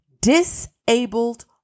disabled